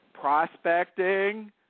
prospecting